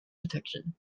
detection